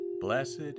Blessed